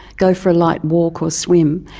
go for a light walk or swim,